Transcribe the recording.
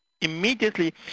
immediately